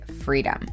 freedom